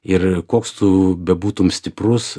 ir koks tu bebūtum stiprus